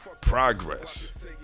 progress